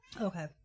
Okay